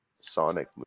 Sonic